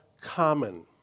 common